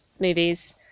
movies